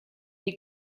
est